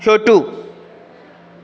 छोटू